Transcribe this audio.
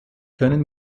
können